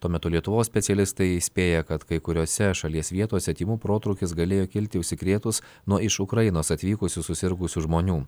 tuo metu lietuvos specialistai įspėja kad kai kuriose šalies vietose tymų protrūkis galėjo kilti užsikrėtus nuo iš ukrainos atvykusių susirgusių žmonių